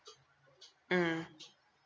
mm